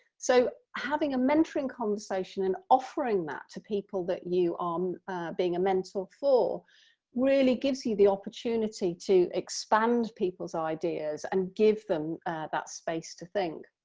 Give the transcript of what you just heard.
so having a mentoring conversation and offering that to people that you are um being a mentor for really gives you the opportunity to expand people's ideas and give them that space to think.